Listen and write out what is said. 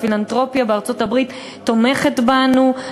והפילנתרופיה בארצות-הברית תומכת בנו,